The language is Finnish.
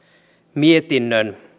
mietinnön